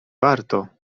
warto